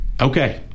Okay